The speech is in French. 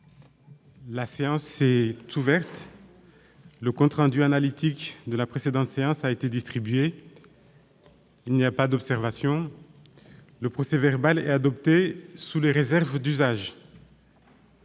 La séance est ouverte. Le compte rendu analytique de la précédente séance a été distribué. Il n'y a pas d'observation ?... Le procès-verbal est adopté sous les réserves d'usage.